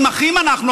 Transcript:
אם אחים אנחנו,